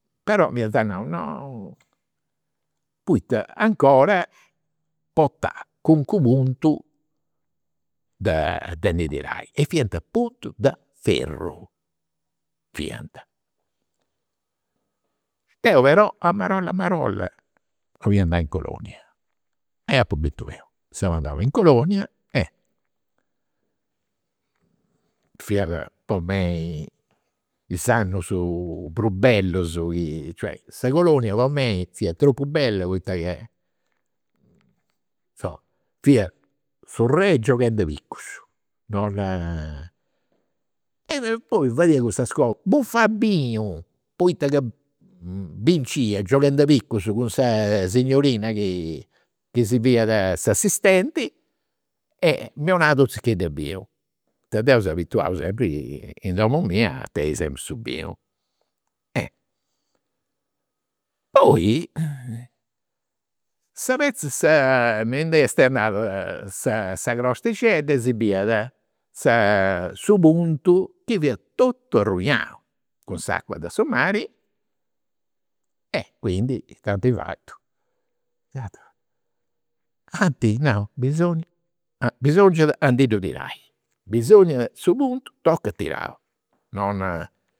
Però m'iant nau, no, poita 'ncora portau calincunu puntu de de ndi tirai. E fiant puntus de ferru, fiant. Deu però a marolla a marolla 'olia andai in colonia e apu bintu 'eu. Seu andau in colonia e fiat is annus prus bellus chi, cioè sa colonia po mei fiat tropu bella poita ca, insoma, fia gioghendi a bicus, non. Poi fadia custas cosas, bufau binu, poita ca bincia gioghendu a bicus cun sa signorina chi chi si fadiat s'assistenti e mi 'onat u' zichedd'e binu. Poita deu seu abituau sempri in domu mia a tenni sempre su binu. Poi sa petza, mi nd'est andada sa sa crostixedda e si biriat sa su puntu chi fiat totu arruinau, cun s'acua de su mari. Quindi it'ant fatu ant nau bisogna, abisongiat a ndi ddus tirai, bisogna, su puntu tocat tirau, non.